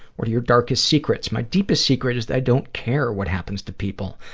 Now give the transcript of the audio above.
what are your darkest secrets? my deepest secret is that i don't care what happens to people.